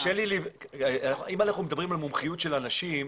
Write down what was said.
אם אנחנו מדברים על מומחיות של אנשים,